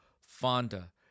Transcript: Fonda